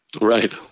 Right